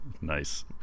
Nice